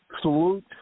salute